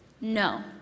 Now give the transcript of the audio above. No